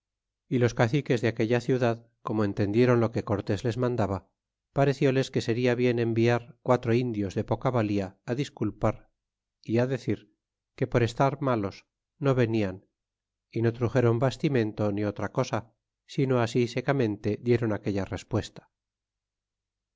é los caciques de aquella ciudad como entendieron lo que cortes les mandaba parecióles que seria bien enviar quatro indios de poca valia disculpar é decir que por estar malos no venian y no truxéron bastimento ni otra cosa sino así secamente dieron aquella respuesta